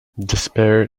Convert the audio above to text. despair